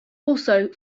also